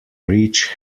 rich